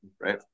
right